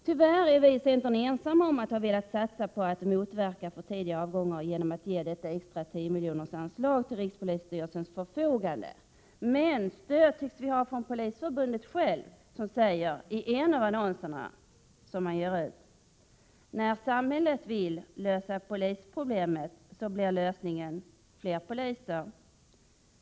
Tyvärr är vi i centern ensamma om att ha velat satsa på att motverka för tidiga avgångar genom att ge detta extra anslag på 10 milj.kr. till rikspolisstyrelsens förfogande, men stöd tycks vi ha från Polisförbundet, som i en av de annonser som man står för skriver: När samhället vill lösa polisproblemet blir lösningen fler poliser.